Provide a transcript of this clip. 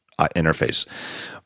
interface